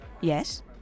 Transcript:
Yes